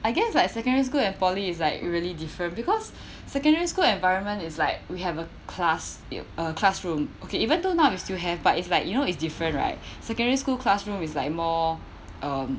I guess like secondary school and poly is like really different because secondary school environment is like we have a class a classroom okay even though now you still have but it's like you know it's different right secondary school classroom is like more um